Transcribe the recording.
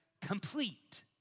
complete